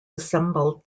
assemble